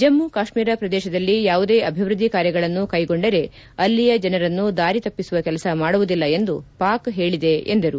ಜಮ್ಮ ಕಾಶ್ಮೀರ ಪ್ರದೇಶದಲ್ಲಿ ಯಾವುದೇ ಅಭಿವೃದ್ಧಿ ಕಾರ್ಯಗಳನ್ನು ಕೈಗೊಂಡರೆ ಅಲ್ಲಿಯ ಜನರನ್ನು ದಾರಿ ತಪ್ಪಿಸುವ ಕೆಲಸ ಮಾಡುವುದಿಲ್ಲ ಎಂದು ಪಾಕ್ ಹೇಳಿದೆ ಎಂದರು